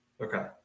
Okay